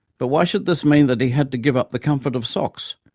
but why should this mean that he had to give up the comfort of socks?